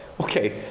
okay